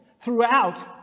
throughout